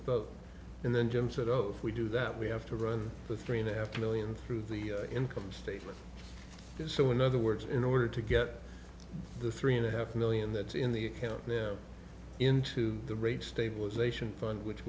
vote and then jim said oh we do that we have to run for three and a half million through the income statement so in other words in order to get the three and a half million that's in the account into the rate stabilization fund which